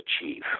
achieve